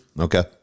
Okay